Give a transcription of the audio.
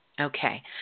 Okay